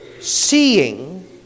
seeing